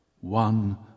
One